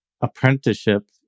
apprenticeship